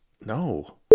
No